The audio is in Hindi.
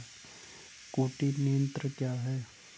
कीट नियंत्रण क्या है?